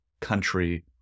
country